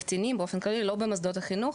באופן כללי ולא במוסדות החינוך,